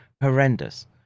horrendous